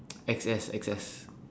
X_S X_S